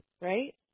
right